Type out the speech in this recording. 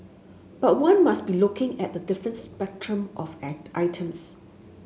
but one must be looking at a different spectrum of items